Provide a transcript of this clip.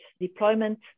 deployment